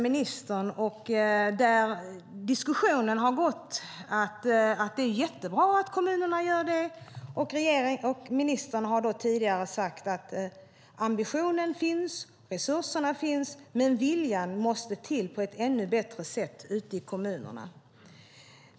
I diskussionen har det sagts att det är jättebra att kommunerna gör detta. Ministern har tidigare sagt: "Ambitionerna finns och resurserna finns, men viljan måste till på ett ännu bättre sätt ute i kommunerna."